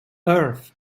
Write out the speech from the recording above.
earth